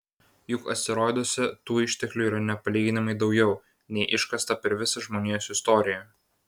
juk asteroiduose tų išteklių yra nepalyginamai daugiau nei iškasta per visą žmonijos istoriją